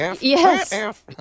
Yes